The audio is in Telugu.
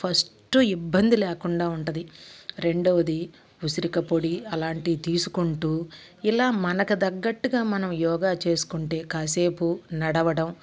ఫస్టు ఇబ్బంది లేకుండా ఉంటుంది రెండోవది ఉసిరికపొడి అలాంటి తీసుకుంటూ ఇలా మనకి తగ్గట్టుగా మనం యోగా చేసుకుంటే కాసేపు నడవడం